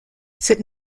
cette